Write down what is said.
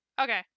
Okay